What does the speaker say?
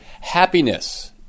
happiness